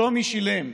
שלומי שילם.